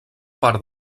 part